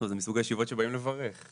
זה מסוג הישיבות שבאים לברך.